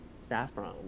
Saffron